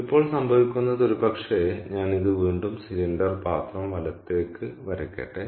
ഇപ്പോൾ സംഭവിക്കുന്നത് ഒരുപക്ഷെ ഞാൻ ഇത് വീണ്ടും സിലിണ്ടർ പാത്രം വലത്തേക്ക് വരയ്ക്കട്ടെ